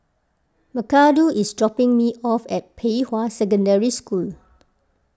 Macarthur is dropping me off at Pei Hwa Secondary School